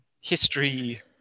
history